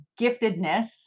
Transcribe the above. giftedness